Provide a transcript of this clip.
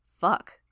Fuck